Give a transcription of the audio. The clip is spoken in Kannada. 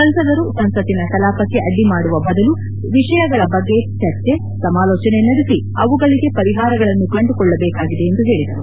ಸಂಸದರು ಸಂಸತ್ತಿನ ಕಲಾಪಕ್ಕೆ ಅಡ್ಡಿ ಮಾಡುವ ಬದಲು ವಿಷಯಗಳ ಬಗ್ಗೆ ಚರ್ಚೆ ಸಮಾಲೋಚನೆ ನಡೆಸಿ ಅವುಗಳಿಗೆ ಪರಿಹಾರಗಳನ್ನು ಕಂಡುಕೊಳ್ಳಬೇಕಾಗಿದೆ ಎಂದು ಹೇಳಿದರು